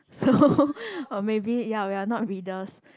so uh maybe ya we are not readers